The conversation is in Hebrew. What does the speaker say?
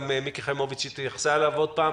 גם מיקי חיימוביץ' התייחסה אליו עוד פעם.